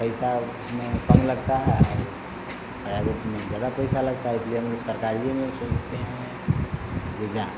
पैसा उसमें कम लगता है और प्राइवेट में ज़्यादा पैसा लगता है इसलिए हम लोग सरकारिए में सोचते हैं जे जाएँ